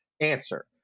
answer